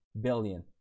billion